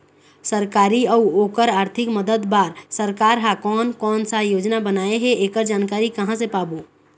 सरकारी अउ ओकर आरथिक मदद बार सरकार हा कोन कौन सा योजना बनाए हे ऐकर जानकारी कहां से पाबो?